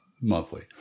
monthly